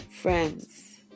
friends